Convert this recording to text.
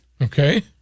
Okay